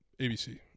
ABC